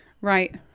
right